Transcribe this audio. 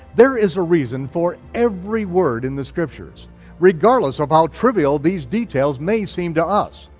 there is a reason for every word in the scriptures regardless of how trivial these details may seem to us.